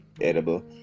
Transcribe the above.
edible